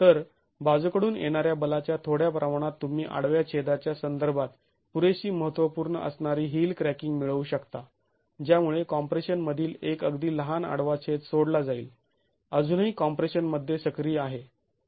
तर बाजूकडून येणाऱ्या बलाच्या थोड्या प्रमाणात तुम्ही आडव्या छेदाच्या संदर्भात पुरेशी महत्त्वपूर्ण असणारी हिल क्रॅकिंग मिळवू शकता ज्यामुळे कॉम्प्रेशन मधील एक अगदी लहान आडवा छेद सोडला जाईल अजूनही कॉम्प्रेशन मध्ये सक्रिय आहे